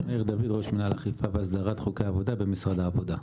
מאיר דוד ראש מינהל אכיפה והסדרת חוקי עבודה במשרד העבודה.